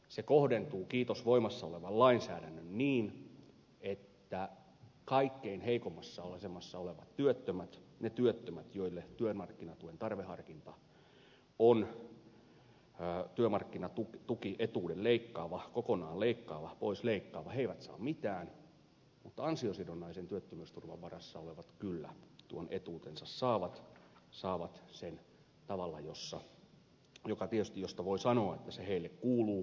se kohdentuu kiitos voimassa olevan lainsäädännön niin että kaikkein heikoimmassa asemassa olevat työttömät ne työttömät joille työmarkkinatuen tarveharkinta on työmarkkinatukietuuden kokonaan leikkaava pois leikkaava eivät saa mitään mutta ansiosidonnaisen työttömyysturvan varassa olevat kyllä tuon etuutensa saavat saavat sen tavalla josta tietysti voi sanoa että se heille kuuluu